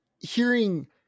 hearing